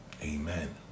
Amen